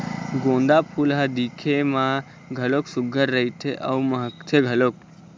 गोंदा फूल ह दिखे म घलोक सुग्घर रहिथे अउ महकथे घलोक